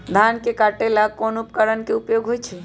धान के काटे का ला कोंन उपकरण के उपयोग होइ छइ?